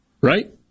Right